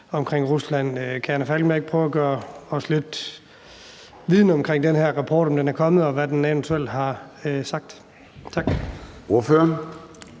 og Rusland. Kan fru Anna Falkenberg ikke prøve at gøre os lidt klogere på den her rapport, altså om den er kommet, og hvad den eventuelt har sagt. Tak.